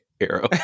arrow